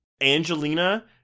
Angelina